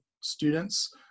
students